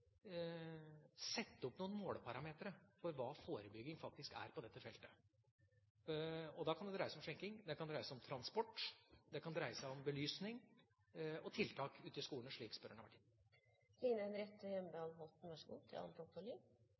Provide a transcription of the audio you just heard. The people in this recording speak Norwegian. sette opp noen måleparametere for hva forebygging faktisk er på dette feltet. Da kan det dreie seg om skjenking, det kan dreie seg om transport, det kan dreie seg om belysning og tiltak ute i skolene, som spørreren har